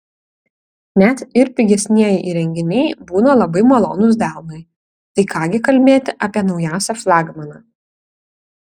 net ir pigesnieji įrenginiai būna labai malonūs delnui tai ką gi kalbėti apie naujausią flagmaną